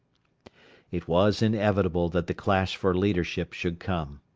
it was inevitable that the clash for leadership should come.